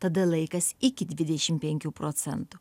tada laikas iki dvidešimt penkių procentų